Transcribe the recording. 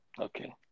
Okay